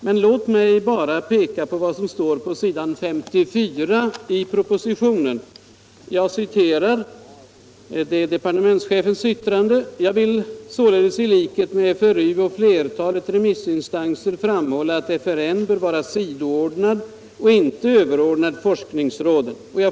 Men låt mig peka på vad departementschefen skriver på s. 54 i propositionen: ”Jag vill således i likhet med FRU och flertalet remissinstanser framhålla att FRN bör vara sidoordnad och inte överordnad forskningsråden.